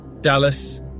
Dallas